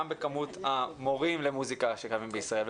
גם בכמות המורים למוסיקה שקיימים בישראל,